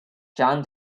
john